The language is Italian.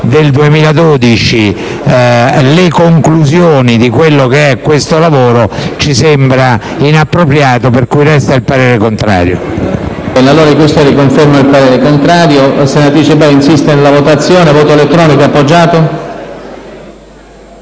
2012 le conclusioni di questo lavoro ci sembra inappropriato, per cui resta il parere contrario.